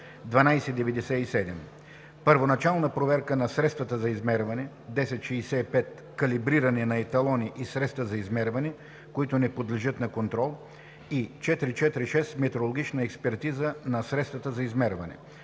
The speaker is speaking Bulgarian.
„1297 Първоначална проверка на средствата за измерване“, „1065 Калибриране на еталони и средства за измерване, които не подлежат на контрол“ и „446 Метрологична експертиза на средствата за измерване“.